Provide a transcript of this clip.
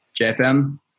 JFM